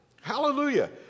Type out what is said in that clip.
Hallelujah